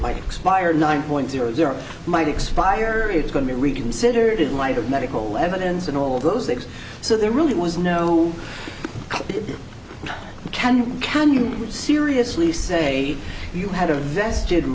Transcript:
might expire nine point zero zero might expire it's going to reconsider it might have medical evidence and all those things so there really was no can you can you seriously say you had a vested